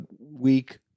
week